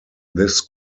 this